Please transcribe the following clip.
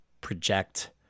project